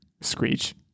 screech